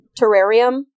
terrarium